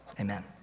Amen